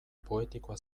poetikoa